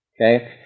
Okay